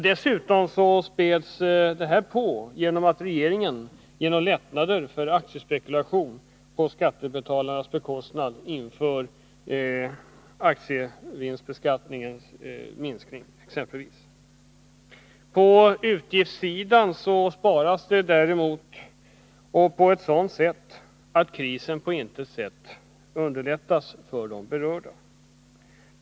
Dessutom späds detta på genom att regeringen genomför lättnader för aktiespekulation på skattebetalarnas bekostnad, vilket leder till att intäkterna av aktievinstbeskattningen minskar. På utgiftssidan gör man däremot besparingar — och på ett sådant sätt att krisen på intet sätt underlättas för de berörda.